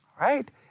Right